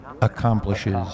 accomplishes